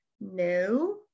no